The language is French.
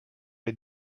les